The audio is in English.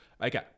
Okay